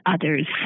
others